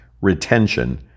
retention